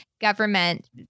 government